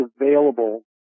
available